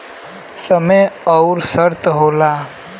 समय अउर शर्त होला